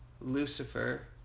Lucifer